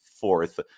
fourth